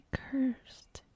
cursed